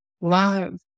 love